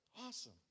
Awesome